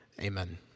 Amen